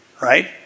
right